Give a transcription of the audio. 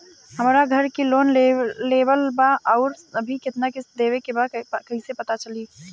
हमरा घर के लोन लेवल बा आउर अभी केतना किश्त देवे के बा कैसे पता चली?